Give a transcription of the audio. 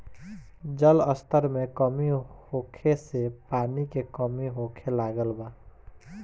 जल स्तर में कमी होखे से पानी के कमी होखे लागल बा